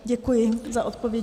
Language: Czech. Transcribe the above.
Děkuji za odpovědi.